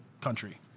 country